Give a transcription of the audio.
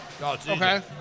Okay